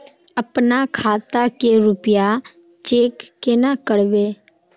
अपना खाता के रुपया चेक केना करबे?